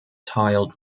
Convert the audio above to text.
tiled